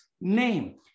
name